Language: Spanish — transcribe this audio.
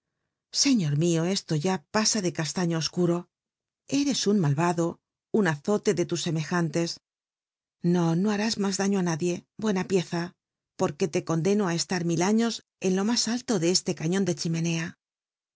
seiior mio e lo la pa a de ca laiío oscuro eres un biblioteca nacional de españa malratlo un azote de tus semejantes o no haril mú tlaúo á nadie buena pieza porque le condeno á estar mil aiíos en lo mit alto til c lc caiíon de chimenea